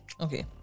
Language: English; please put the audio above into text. Okay